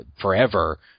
forever